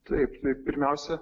taip tai pirmiausia